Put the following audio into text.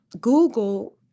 Google